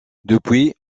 depuis